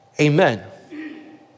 amen